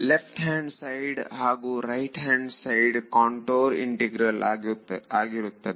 left hand side ಹಾಗೂ right hand side contour integral ಆಗಿರುತ್ತದೆ